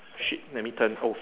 shit let me turn oh